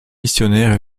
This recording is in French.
missionnaires